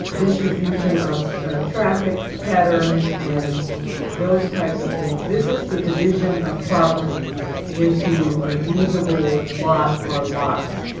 distribution of traffic patterns and those types of things, this is the division of property into a usable lot or lots.